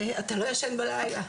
אתה לא ישן בלילה.